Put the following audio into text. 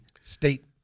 state